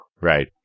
Right